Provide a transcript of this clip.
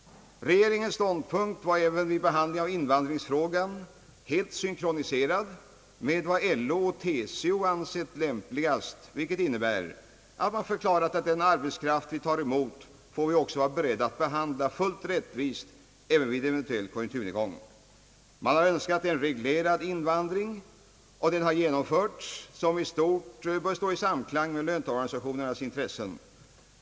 Regeringens ståndpunkt var även vid behandlingen av invandringsfrågan helt synkroniserad med vad LO och TCO ansett lämpligt, vilket innebär att man förklarat att den arbetskraft vi tar emot får vi också vara beredda att behandla fullt rättvist även vid en konjunkturnedgång. Man har önskat en reglerad invandring och den har genomförts på ett sätt som i stort bör stå i samklang med löntagarorganisationernas intressen.